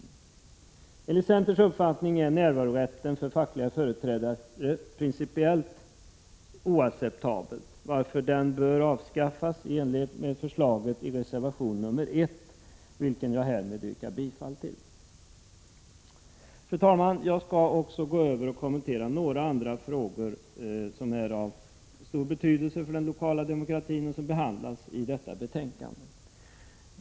Enligt centerns uppfattning är närvarorätten för fackliga företrädare principiellt oacceptabel, varför den bör avskaffas i enlighet med förslaget i reservation 1, vilken jag härmed yrkar bifall till. Fru talman! Jag skall nu gå över till några andra frågor som är av stor betydelse för den lokala demokratin och som behandlas i detta betänkande.